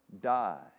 die